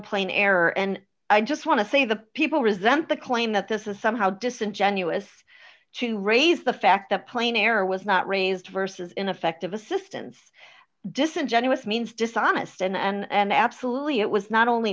plane error and i just want to say the people resent the claim that this is somehow disingenuous to raise the fact that plane error was not raised versus ineffective assistance disingenuous means dishonest and absolutely it was not only